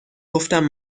گفتم